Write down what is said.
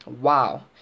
wow